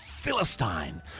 Philistine